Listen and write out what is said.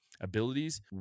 abilities